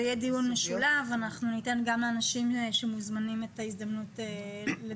זה יהיה דיון משולב ואנחנו ניתן גם למוזמנים את ההזדמנות לדבר.